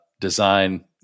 design